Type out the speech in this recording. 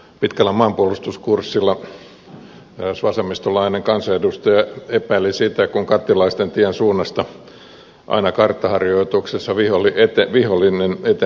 pitkällä maanpuolustuskurssilla eräs vasemmistolainen kansanedustaja epäili sitä kun kattilaistentien suunnasta aina karttaharjoituksessa vihollinen eteni helsinki päämääränä